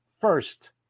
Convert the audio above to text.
First